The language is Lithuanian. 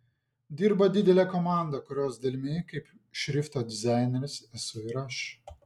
dirba didelė komanda kurios dalimi kaip šrifto dizaineris esu ir aš